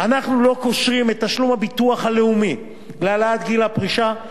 אנחנו לא קושרים את תשלום הביטוח הלאומי להעלאת גיל הפרישה,